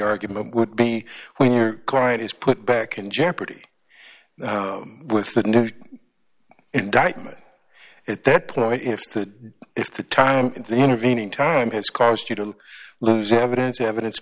argument would be when your client is put back in jeopardy with the new indictment at that point if the if the time the intervening time has caused you to lose evidence evidence